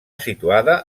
situada